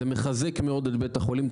זה מחזק מאוד את בית החולים,